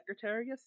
Secretary